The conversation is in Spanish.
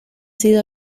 sido